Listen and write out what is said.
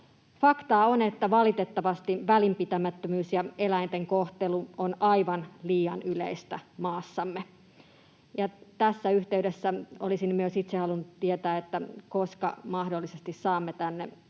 Faktaa on, että valitettavasti välinpitämättömyys ja eläinten kohtelu on aivan liian yleistä maassamme. Tässä yhteydessä olisin myös itse halunnut tietää, koska mahdollisesti saamme tänne